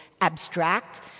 abstract